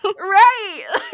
Right